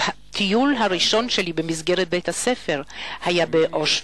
הטיול הראשון שלי במסגרת בית-הספר היה לאושוויץ.